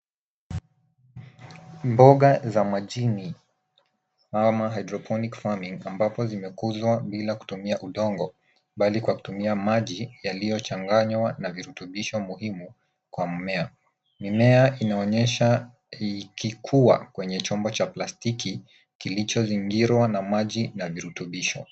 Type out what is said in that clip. Mboga za majini, ama hydroponic farming ambapo zimekuzwa bila kutumia udongo, bali kwa kutumia maji yaliyochanganywa na virutubisho muhimu kwa mmea. Mimea inaonyesha ikikua kwenye chombo cha plastiki kilichozingirwa na maji na virutubisho.